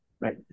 right